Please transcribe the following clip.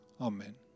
Amen